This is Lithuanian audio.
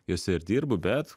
jose ir dirbu bet